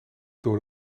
door